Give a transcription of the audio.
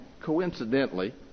coincidentally